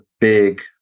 big